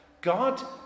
God